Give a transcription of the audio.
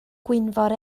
gwynfor